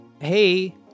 hey